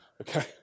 Okay